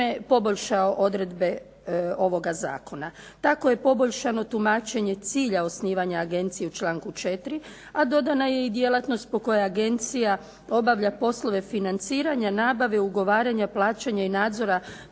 poboljšao odredbe ovoga Zakona. Tako je poboljšano tumačenje cilja osnivanja Agencije u članku 4. a dodana je djelatnost po kojoj Agencija obavlja poslove financiranja nabave ugovaranja, plaćanja i nadzora